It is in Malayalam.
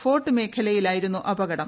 ഫോർട്ട് മേഖലയിലായിരുന്നു അപകടം